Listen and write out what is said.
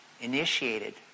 initiated